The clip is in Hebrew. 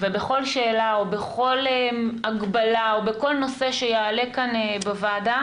ובכל שאלה או בכל הגבלה ובכל נושא שיעלה כאן בוועדה